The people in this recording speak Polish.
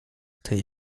tej